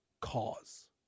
cause